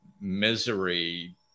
misery